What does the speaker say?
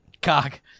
Cock